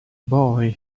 boy